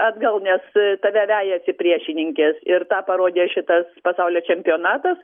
atgal nes tave vejasi priešininkės ir tą parodė šitas pasaulio čempionatas